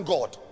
God